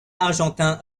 argentin